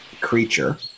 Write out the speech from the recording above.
creature